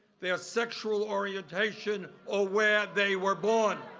their sexual orientation, or where they were born.